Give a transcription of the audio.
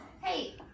Hey